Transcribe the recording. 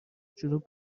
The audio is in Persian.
جنوب